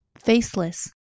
faceless